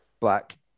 Black